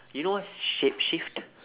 you know what's shapeshift